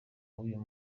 w’uyu